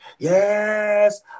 Yes